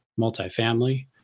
multifamily